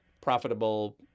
profitable